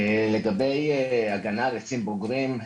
לגבי הגנה על עצים בוגרים,